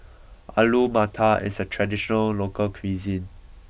Alu Matar is a traditional local cuisine